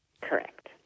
Correct